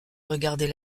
regarder